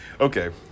Okay